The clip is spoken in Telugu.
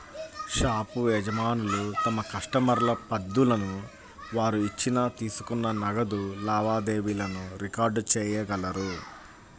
షాపు యజమానులు తమ కస్టమర్ల పద్దులను, వారు ఇచ్చిన, తీసుకున్న నగదు లావాదేవీలను రికార్డ్ చేయగలరు